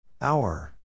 Hour